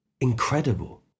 incredible